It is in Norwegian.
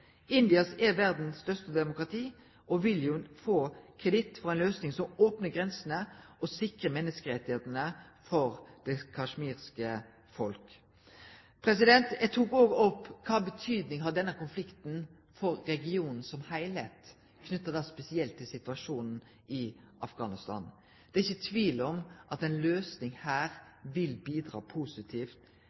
er verdas største demokrati og vil jo få kreditt for ei løysing som opnar grensene og sikrar menneskerettane for det kasjmirske folket. Eg tok òg opp kva denne konflikten betyr for regionen som heilskap, knytt spesielt til situasjonen i Afghanistan. Det er ikkje tvil om at ei løysing her vil bidra positivt,